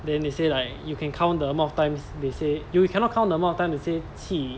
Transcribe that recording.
then they say like you can count the amount of times they say you cannot count the amount of times they say qi